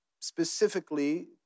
specifically